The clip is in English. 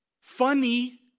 funny